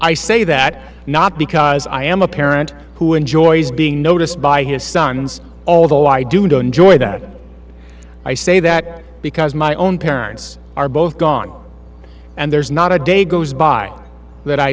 i say that not because i am a parent who enjoys being noticed by his sons although i do don't enjoy that i say that because my own parents are both gone and there's not a day goes by that i